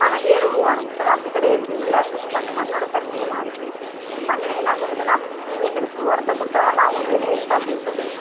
ஆனால் ஏர் உழுவாங்க இப்போலாம் அப்படி கிடையாது எல்லாத்துக்கும் மண் மண்ணோடய தன்மையே மாதிரி போய்டிச்சு மண்ணே என்ன சொல்லுதுனால் நீங்கள் இந்த உரத்த கொடுத்தா தான் நான் உங்களுக்கு விளைய வைப்பேன் அப்படின்னு சொல்லுது